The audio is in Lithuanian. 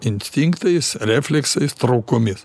instinktais refleksais traukomis